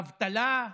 אבטלה,